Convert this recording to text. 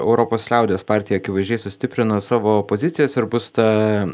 europos liaudies partija akivaizdžiai sustiprino savo pozicijas ir bus ta